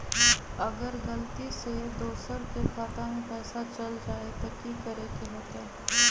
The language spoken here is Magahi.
अगर गलती से दोसर के खाता में पैसा चल जताय त की करे के होतय?